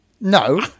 No